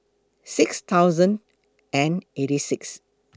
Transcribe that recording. six thousand and eighty six